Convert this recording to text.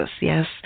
Yes